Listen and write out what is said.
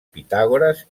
pitàgores